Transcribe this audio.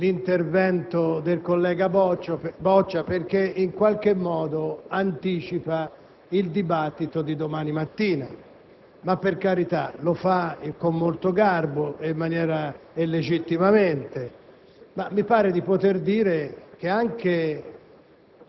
l'intervento del collega Boccia, perché in qualche modo anticipa il dibattito di domani mattina. Per carità, lo fa con molto garbo legittimamente, ma mi pare di poter dire che anche